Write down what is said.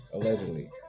Allegedly